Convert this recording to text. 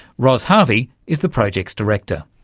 ros harvey is the project's director.